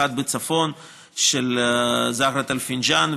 אחד בצפון של זהרת אל-פינג'אן,